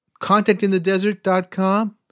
contactinthedesert.com